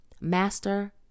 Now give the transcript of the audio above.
Master